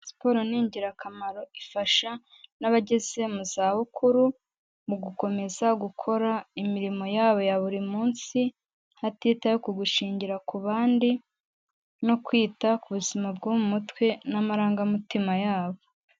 Siporo ni ingirakamaro, ifasha n'abageze mu zabukuru mu gukomeza gukora imirimo yabo ya buri munsi hatitawe ku gushingira ku bandi no kwita ku buzima bwo mu mutwe n'amarangamutima yabo.